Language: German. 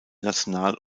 national